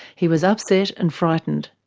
he was upset and frightened.